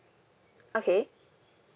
okay